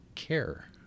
care